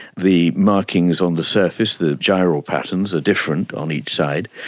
the markings on the surface, the gyral patterns are different on each side.